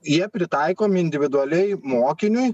jie pritaikomi individualiai mokiniui